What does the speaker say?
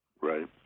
right